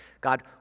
God